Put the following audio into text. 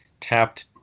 tapped